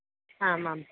ആ മാം